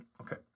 Okay